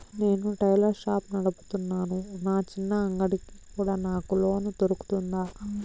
నేను tailor shop నడుపుతున్నాను, నా చిన్న అంగడి కి కూడా నాకు లోను దొరుకుతుందా?